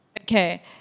Okay